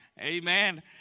Amen